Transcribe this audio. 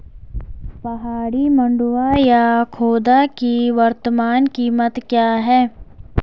पहाड़ी मंडुवा या खोदा की वर्तमान कीमत क्या है?